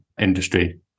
industry